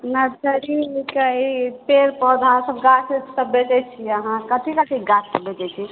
nursery कऽ ई पेड़ पौधा सब गाछ वाछ सब बेचए छी अहाँ कथि कथि कऽ गाछ सब बेचए छी